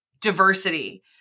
diversity